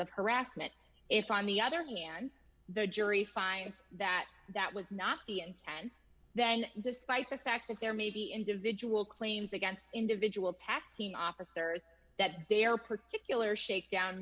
of harassment if on the other hand the jury finds that that was not the intent then despite the fact that there may be individual claims against individual tax officers that their particular shakedown